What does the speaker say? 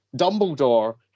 Dumbledore